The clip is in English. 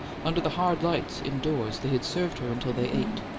under the hard lights, indoors, they had served her until they ached,